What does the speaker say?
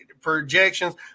projections